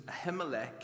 Ahimelech